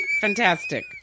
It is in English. Fantastic